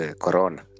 corona